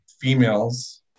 females